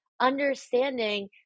understanding